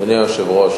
אדוני היושב-ראש,